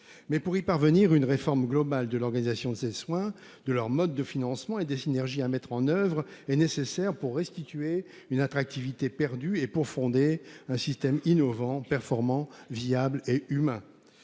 mais pour y parvenir une réforme globale de l'organisation de ces soins de leur mode de financement et des synergies à mettre en oeuvre et nécessaire pour restituer une attractivité perdue et pour fonder un système innovant performant viable et humain.